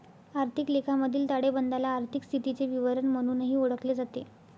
आर्थिक लेखामधील ताळेबंदाला आर्थिक स्थितीचे विवरण म्हणूनही ओळखले जाते